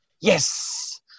yes